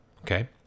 okay